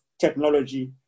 technology